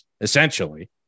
essentially